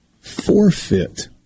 Forfeit